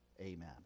Amen